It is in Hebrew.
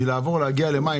כדי להגיע למים,